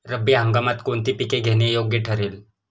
रब्बी हंगामात कोणती पिके घेणे योग्य ठरेल?